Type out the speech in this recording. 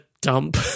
dump